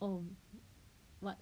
oh what err